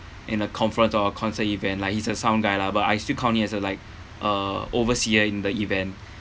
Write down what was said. in a conference or concert event like he's a sound guy lah but I still count him as a like uh overseer in the event